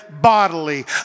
bodily